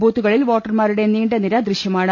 ബൂത്തുകളിൽ വോട്ടർമാരുടെ നീണ്ട നിര ദൃശ്യമാണ്